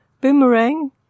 Boomerang